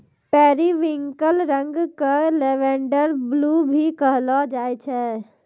periwinkle रंग क lavender blue भी कहलो जाय छै